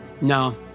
no